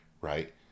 right